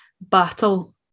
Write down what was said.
battle